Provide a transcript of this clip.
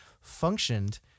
functioned